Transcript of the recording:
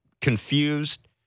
confused